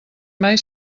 mai